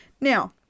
Now